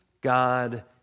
God